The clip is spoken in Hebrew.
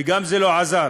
וגם זה לא עזר,